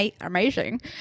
amazing